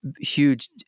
huge